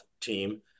team